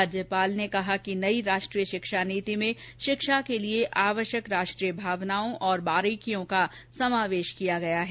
राज्यपाल ने कहा कि नई राष्ट्रीय शिक्षा नीति में शिक्षा के लिए आवश्यक राष्ट्रीय भावनाओं और बारिकियों का समावेश किया गया है